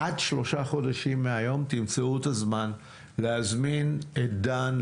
עד שלושה חודשים מהיום תמצאו את הזמן להזמין את דן,